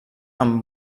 amb